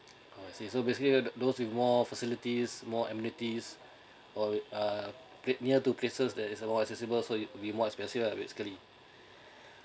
oh I see so basically tho~ those with more facilities more amenities or uh paid near to places that is more accessible will be more expensive lah basically